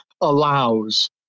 allows